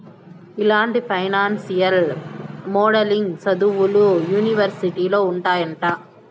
ఇలాంటి financial modelling సదువులు యూనివర్సిటీలో ఉంటాయంట